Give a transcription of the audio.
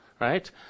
right